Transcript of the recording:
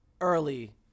Early